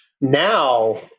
Now